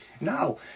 Now